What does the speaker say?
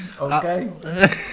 Okay